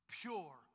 pure